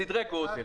סדרי גודל.